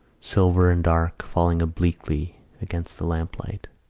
silver and dark, falling obliquely against the lamplight.